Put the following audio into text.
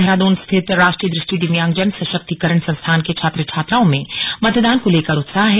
देहरादून स्थित राष्ट्रीय दृष्टि दिव्यांगजन सशक्तीकरण संस्थान के छात्र छात्राओं में मतदान को लेकर उत्साह है